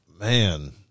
man